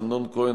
אמנון כהן,